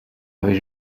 avait